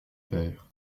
père